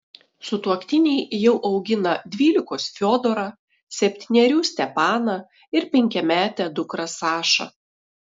sutuoktiniai jau augina dvylikos fiodorą septynerių stepaną ir penkiametę dukrą sašą